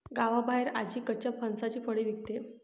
गावाबाहेर आजी कच्च्या फणसाची फळे विकते